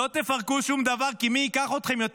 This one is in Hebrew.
לא תפרקו שום דבר כי מי ייקח אתכם יותר?